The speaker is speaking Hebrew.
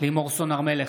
לימור סון הר מלך,